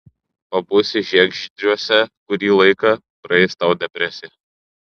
pabūsi žiegždriuose kurį laiką praeis tau depresija